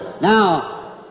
Now